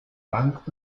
bank